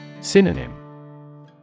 Synonym